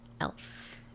else